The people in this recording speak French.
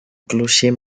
clocher